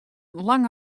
lang